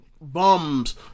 bums